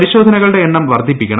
പരിശോധനകളുടെ എണ്ണം വർദ്ധിപ്പിക്കണം